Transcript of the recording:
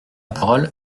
parole